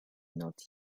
not